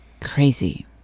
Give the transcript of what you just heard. crazy